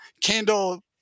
candle